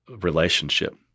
relationship